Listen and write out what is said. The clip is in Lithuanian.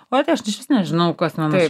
oi tai aš išvis nežinau kas mano